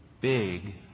big